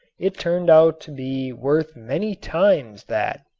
it turned out to be worth many times that.